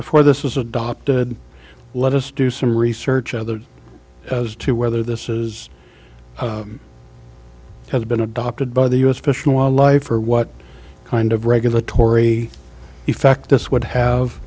before this was adopted let us do some research other as to whether this is has been adopted by the u s fish and wildlife or what kind of regulatory effect this would have